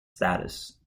status